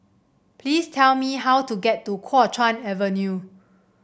please tell me how to get to Kuo Chuan Avenue